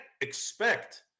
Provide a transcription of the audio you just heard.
expect